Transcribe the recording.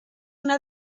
una